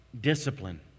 discipline